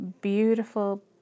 beautiful